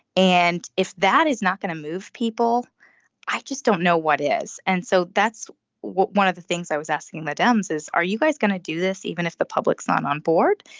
and if that is not going to move people i just don't know what is. and so that's one of the things i was asking the dems is. are you guys going to do this even if the public sign on board.